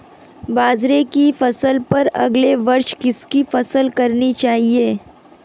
बाजरे की फसल पर अगले वर्ष किसकी फसल करनी चाहिए?